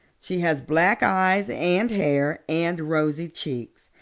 she has black eyes and hair and rosy cheeks.